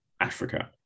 Africa